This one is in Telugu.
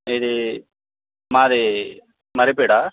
ఇది మాది మరిపేడ